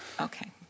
Okay